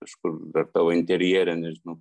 kažkur bet tavo interjere nežinau